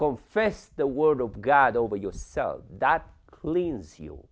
confess the word of god over yourselves that cleans you